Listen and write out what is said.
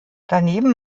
daneben